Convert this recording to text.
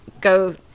go